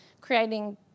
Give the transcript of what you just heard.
creating